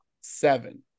seven